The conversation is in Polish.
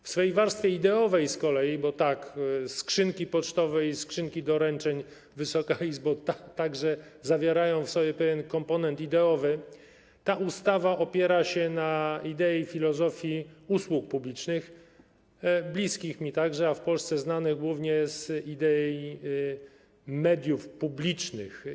W swej warstwie ideowej z kolei - bo skrzynki pocztowe i skrzynki doręczeń, Wysoka Izbo, także zawierają pewien komponent ideowy - ta ustawa opiera się na idei filozofii usług publicznych, bliskich także mnie, a w Polsce znanych głównie z idei mediów publicznych.